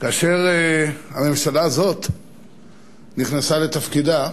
כאשר הממשלה הזאת נכנסה לתפקידה,